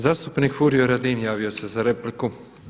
Zastupnik Furio Radin javio se za repliku.